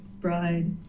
bride